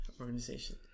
organization